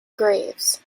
graves